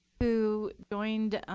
who joined